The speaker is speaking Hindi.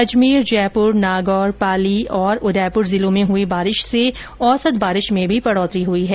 अजमेर जयपुर नागौर पाली उदयपुर जिलों में हुई बारिश से औसत बारिश में भी बढ़ोतरी हुई है